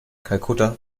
kalkutta